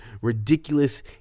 ridiculous